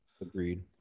Agreed